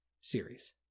series